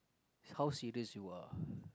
is how serious you are